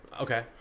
Okay